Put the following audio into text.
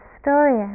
story